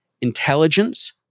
intelligence